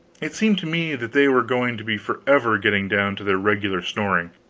it seemed to me that they were going to be forever getting down to their regular snoring.